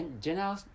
general